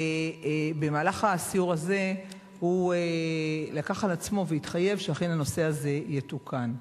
במהלך הסיור הזה הוא לקח על עצמו והתחייב שאכן הנושא הזה יתוקן,